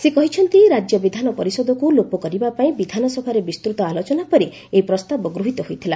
ସେ କହିଛନ୍ତି ରାଜ୍ୟ ବିଧାନ ପରିଷଦକୁ ଲୋପ କରିବାପାଇଁ ବିଧାନସଭରେ ବିସ୍ତୁତ ଆଲୋଚନା ପରେ ଏହି ପ୍ରସ୍ତାବ ଗୃହୀତ ହୋଇଥିଲା